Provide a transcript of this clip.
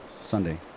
Sunday